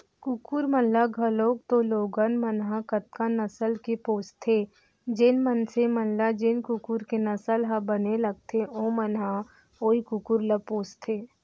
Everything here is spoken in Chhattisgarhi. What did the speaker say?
कुकुर मन ल घलौक तो लोगन मन ह कतका नसल के पोसथें, जेन मनसे मन ल जेन कुकुर के नसल ह बने लगथे ओमन ह वोई कुकुर ल पोसथें